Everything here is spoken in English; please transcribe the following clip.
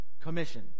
commission